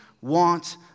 want